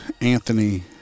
Anthony